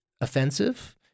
offensive